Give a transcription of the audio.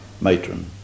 matron